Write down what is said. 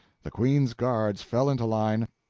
the queen's guards fell into line,